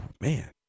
man